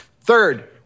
Third